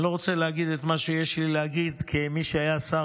אני לא רוצה להגיד את מה שיש לי להגיד כמי שהיה שר